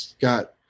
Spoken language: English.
got